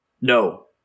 No